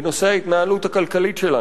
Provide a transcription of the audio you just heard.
בנושא ההתייעלות הכלכלית שלנו.